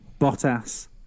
Bottas